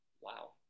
Wow